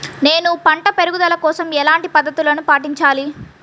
నేను పంట పెరుగుదల కోసం ఎలాంటి పద్దతులను పాటించాలి?